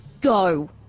go